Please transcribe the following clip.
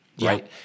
right